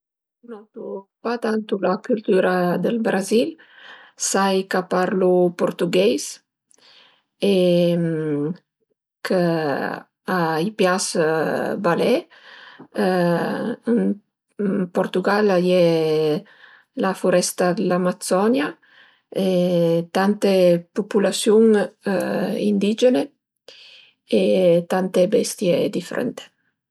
Cunosu pa tantu la cültüra dël Brazil, sai ch'a parlu purtugheis e chë a i pias balé. Ën Brazil a ie la furesta dë l'Amazzonia e tante pupulasiun indigene e tante bestie difrënte